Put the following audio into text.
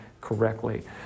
correctly